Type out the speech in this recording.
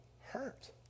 hurt